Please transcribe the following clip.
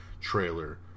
trailer